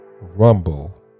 Rumble